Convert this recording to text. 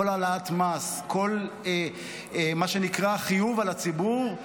כל העלאת מס, כל מה שנקרא חיוב על הציבור,